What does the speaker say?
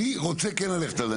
אני כן רוצה ללכת על זה.